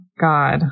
God